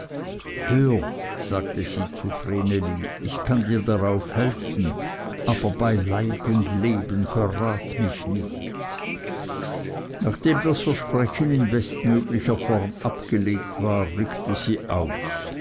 sagte sie zu vreneli ich kann dir drauf helfen aber bei leib und leben verrat mich nicht nachdem das versprechen in bestmöglicher form abgelegt war rückte sie aus